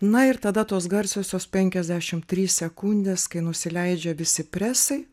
na ir tada tos garsiosios penkiasdešim trys sekundės kai nusileidžia visi presai